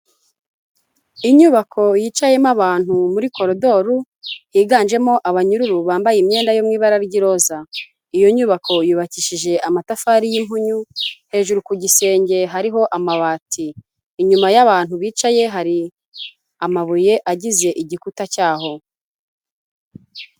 inyubako yicayemo abantu muri koridoro higanjemo abanyururu bambaye imyenda yo mu ibara ry'iroza. Iyo nyubako yubakishije amatafari y'impunyu, hejuru ku gisenge hariho amabati, inyuma y'abantu bicaye hari amabuye agize igikuta cyaho.